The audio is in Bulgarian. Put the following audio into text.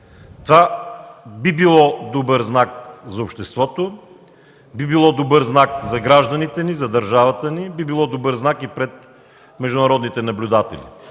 Това би било добър знак за обществото, би било добър знак за гражданите ни, за държавата ни, би било добър знак и пред международните наблюдатели.